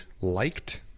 liked